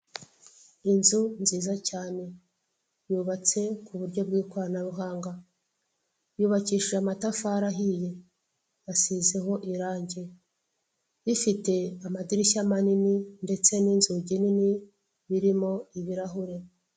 Inzu nziza cyane yubatse ku buryo bw'ikoranabuhanga yubakishije amatafari ahiye asizeho irange, ifite amadirishya manini ndetse n'inzugi nini birimo ibirahure.